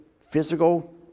physical